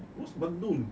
what's bandung